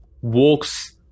walks